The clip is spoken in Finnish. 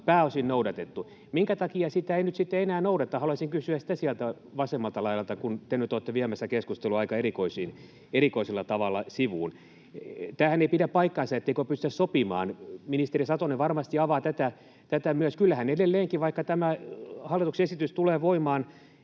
pääosin noudatettu. Minkä takia sitä ei nyt sitten enää noudateta? Haluaisin kysyä sitä sieltä vasemmalta laidalta, kun te nyt olette viemässä keskustelua aika erikoisella tavalla sivuun. Tämähän ei pidä paikkaansa, etteikö pystytä sopimaan. Ministeri Satonen varmasti avaa tätä myös. Kyllähän edelleenkin, vaikka tämä hallituksen esitys tulee voimaan,